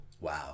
Wow